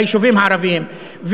ביישובים הערביים,